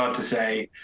um to say,